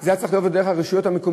זה היה צריך להיות דרך הרשויות המקומיות,